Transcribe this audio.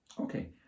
Okay